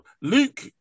Luke